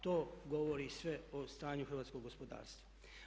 To govori sve o stanju hrvatskog gospodarstva.